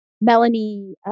Melanie